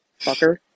Fucker